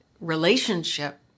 relationship